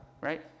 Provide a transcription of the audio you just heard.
right